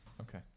Okay